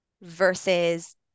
versus